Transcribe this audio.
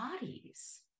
bodies